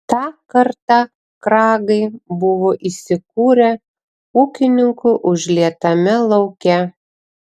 tą kartą kragai buvo įsikūrę ūkininkų užlietame lauke